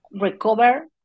recover